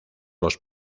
los